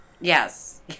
yes